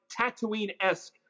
Tatooine-esque